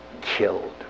killed